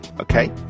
Okay